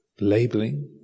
labeling